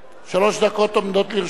שלוש דקות עומדות לרשותך.